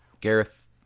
Gareth